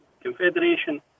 Confederation